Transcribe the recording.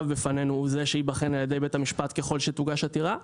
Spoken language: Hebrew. בפנינו הוא זה שייבחן בבית המשפט ככל שתוגש עתירה,